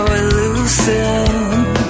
elusive